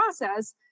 process